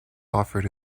offered